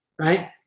Right